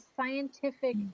scientific